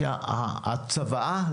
הצוואה,